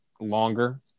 longer